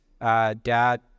Dad